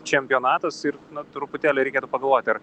čempionatas ir na truputėlį reikėtų pagalvot ar